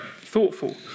thoughtful